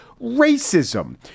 racism